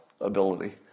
ability